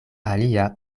alia